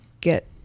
get